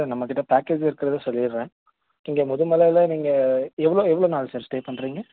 sir நம்மக்கிட்டே package இருக்கிறத சொல்லிட்றேன் இங்கே முதுமலையில் நீங்கள் எவ்வளோ எவ்வளோ நாள் சார் ஸ்டே பண்ணுறீங்க